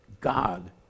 God